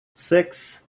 six